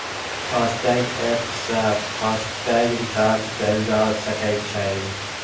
FASTag app सं FASTag recharge कैल जा सकै छै